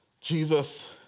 Jesus